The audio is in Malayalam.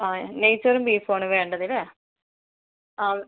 ആ നെയ്ചോറും ബീഫും ആണ് വേണ്ടതല്ലേ ആ